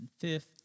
fifth